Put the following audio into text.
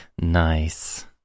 Nice